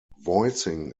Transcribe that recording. voicing